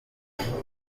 afurika